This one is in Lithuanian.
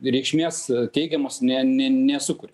reikšmės teigiamos ne ne nesukuria